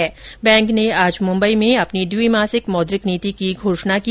reserve bank ने आज मुंबई में अपनी द्विमासिक मौद्रिक नीति की घोषणा की